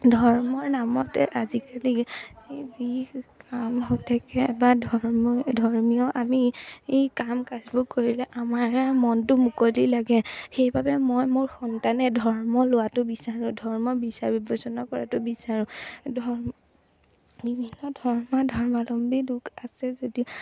ধৰ্মৰ নামতে আজিকালি যি কাম হৈ থাকে বা ধৰ্ম ধৰ্মীয় আমি এই কাম কাজবোৰ কৰিলে আমাৰ মনটো মুকলি লাগে সেইবাবে মই মোৰ সন্তানে ধৰ্ম লোৱাটো বিচাৰোঁ ধৰ্ম বিচাৰ বিবেচনা কৰাটো বিচাৰোঁ ধৰ্ম বিভিন্ন ধৰ্মা ধৰ্মাৱলম্বী লোক আছে যদিও